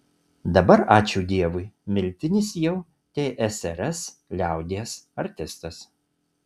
dabar ačiū dievui miltinis jau tsrs liaudies artistas